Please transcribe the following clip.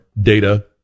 data